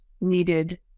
needed